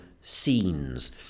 scenes